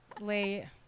late